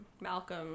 Malcolm